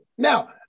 Now